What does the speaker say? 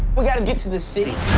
we got to get to the city.